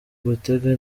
gutega